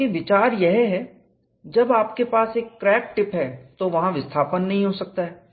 क्योंकि विचार यह है जब आपके पास एक क्रैक टिप है तो वहां विस्थापन नहीं हो सकता है